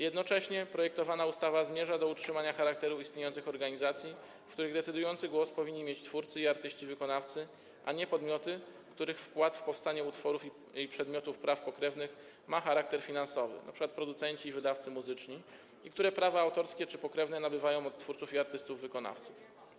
Jednocześnie projektowana ustawa zmierza do utrzymania charakteru istniejących organizacji, w których decydujący głos powinni mieć twórcy i artyści wykonawcy, a nie podmioty, których wkład w powstanie utworów i przedmiotów praw pokrewnych ma charakter finansowy - np. producenci i wydawcy muzyczni - i które prawa autorskie czy pokrewne nabywają od twórców i artystów wykonawców.